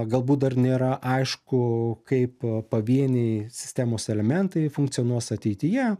galbūt dar nėra aišku kaip pavieniai sistemos elementai funkcionuos ateityje